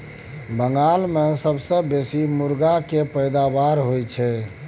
बंगाल मे सबसँ बेसी मुरगा केर पैदाबार होई छै